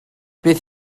beth